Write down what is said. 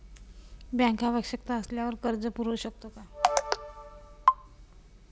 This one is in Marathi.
बँक आवश्यकता असल्यावर कर्ज पुरवू शकते का?